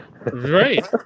right